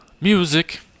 music